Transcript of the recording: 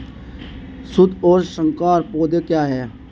शुद्ध और संकर पौधे क्या हैं?